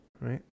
right